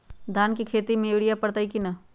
धान के खेती में यूरिया परतइ कि न?